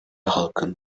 halkın